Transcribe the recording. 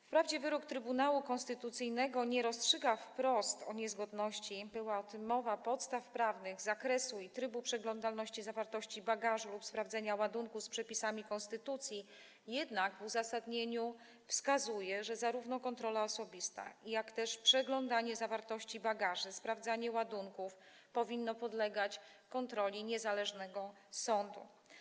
Wprawdzie wyrok Trybunału Konstytucyjnego nie rozstrzyga wprost o niezgodności - była o tym mowa - podstaw prawnych z zakresu i trybu przeglądalności zawartości bagażu lub sprawdzenia ładunku z przepisami konstytucji, jednak w uzasadnieniu wskazuje, że zarówno kontrola osobista, jak też przeglądanie zawartości bagaży, sprawdzanie ładunków powinny podlegać kontroli niezależnego sądu.